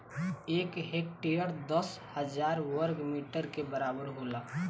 एक हेक्टेयर दस हजार वर्ग मीटर के बराबर होला